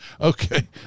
Okay